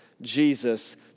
Jesus